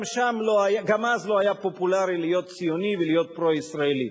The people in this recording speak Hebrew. גם אז לא היה פופולרי להיות ציוני ולהיות פרו-ישראלי.